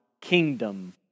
kingdom